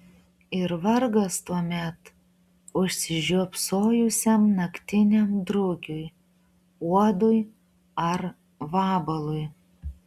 ir vargas tuomet užsižiopsojusiam naktiniam drugiui uodui ar vabalui